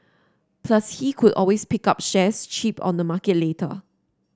plus he could always pick up shares cheap on the market later